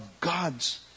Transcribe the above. God's